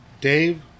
Dave